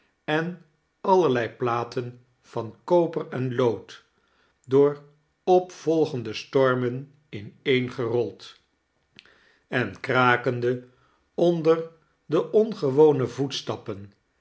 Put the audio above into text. en allerlei platen van koper en lood door opvolgende stormen kieeingeirom en krakende onder de ongewone voetstappen